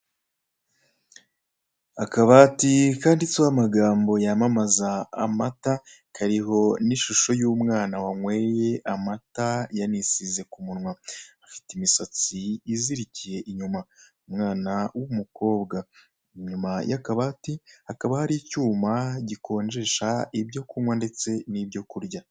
Akabati kanditseho amagambo yamamaza amata, kariho n'ishusho y'umwana wanyoye amata yanisize ku munwa, afite imisatsi izirikiye inyuma, umwana w'umukobwa, inyuma y'akabati hakaba hari icyuma gikonjesha ibyo kunywa ndetse n'ibyo kurya.